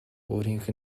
өөрийнх